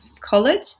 college